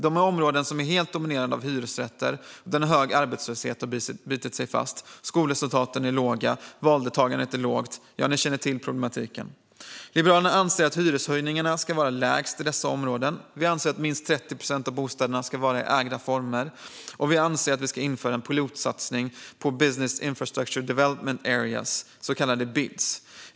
Detta är områden som helt domineras av hyresrätter, där en hög arbetslöshet har bitit sig fast, skolresultaten är svaga och valdeltagandet är lågt - ni känner till problematiken. Liberalerna anser att hyreshöjningarna ska vara lägst i dessa områden. Vi anser att minst 30 procent av bostäderna ska vara ägda, och vi anser att vi bör införa en pilotsatsning på business infrastructure development areas, så kallade BID.